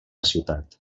ciutat